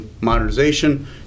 modernization